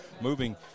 moving